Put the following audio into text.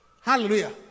Hallelujah